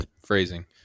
Phrasing